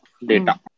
data